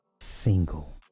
single